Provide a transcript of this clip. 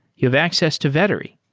you have access to vettery.